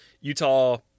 Utah